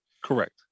Correct